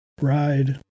ride